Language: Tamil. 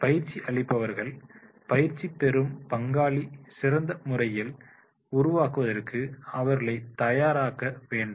எனவே பயிற்சி அளிப்பவர்கள் பயிற்சி பெறும் பங்காளி சிறந்த முறையில் உருவாவதற்கு அவர்களை தயாராக வேண்டும்